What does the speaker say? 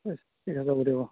ঠিক আছে ঠিক আছে হ'ব দিয়ক অ